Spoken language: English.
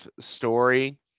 story